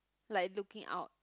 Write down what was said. like looking out